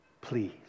please